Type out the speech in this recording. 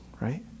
right